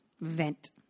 Vent